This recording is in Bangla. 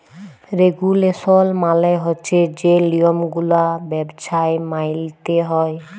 রেগুলেশল মালে হছে যে লিয়মগুলা ব্যবছায় মাইলতে হ্যয়